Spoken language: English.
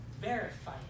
verify